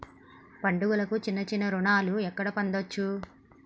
పండుగలకు చిన్న చిన్న రుణాలు ఎక్కడ పొందచ్చు?